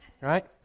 right